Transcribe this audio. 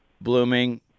blooming